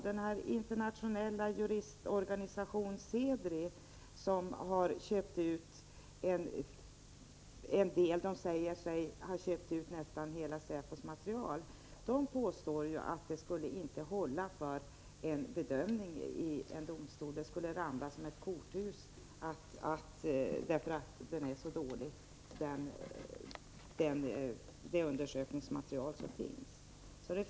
Den internationella juristorganisation som säger sig ha köpt ut nästan hela säpos material påstår att det inte skulle hålla för bedömning i en domstol. Åtalet skulle ramla som ett korthus, därför att det undersökningsmaterial som finns är så dåligt.